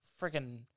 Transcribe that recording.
freaking